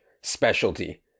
specialty